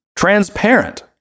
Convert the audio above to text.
transparent